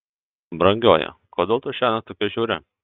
brangioji kodėl tu šiąnakt tokia žiauri